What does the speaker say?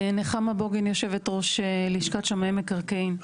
נחמה בוגין, יושב ראש לשכת שמאי מקרקעין.